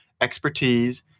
expertise